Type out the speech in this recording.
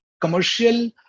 commercial